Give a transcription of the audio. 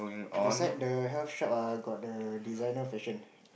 beside the health shop uh got the designer fashion